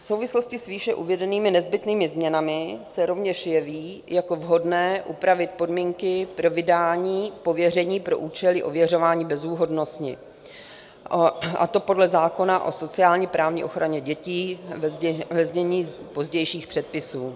V souvislosti s výše uvedenými nezbytnými změnami se rovněž jeví jako vhodné upravit podmínky pro vydání pověření pro účely ověřování bezúhonnosti, a to podle zákona o sociálněprávní ochraně dětí, ve znění pozdějších předpisů.